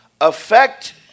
affect